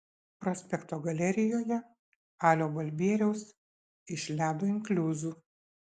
prospekto galerijoje alio balbieriaus iš ledo inkliuzų